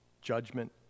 Judgment